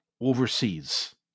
overseas